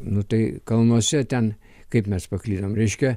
nu tai kalnuose ten kaip mes paklydom reiškia